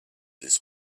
this